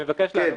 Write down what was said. אני מבקש לענות.